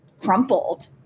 crumpled